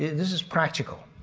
this is practical.